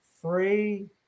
three